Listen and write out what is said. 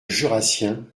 jurassien